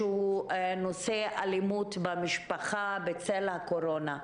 שהוא נושא אלימות במשפחה בצל הקורונה.